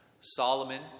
Solomon